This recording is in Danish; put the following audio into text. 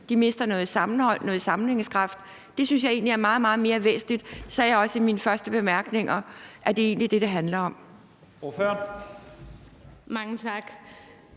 de mister noget sammenhold, noget sammenhængskraft. Det synes jeg egentlig er meget, meget mere væsentligt. Det sagde jeg også i mine første bemærkninger, altså at det egentlig er det, det handler om. Kl. 11:34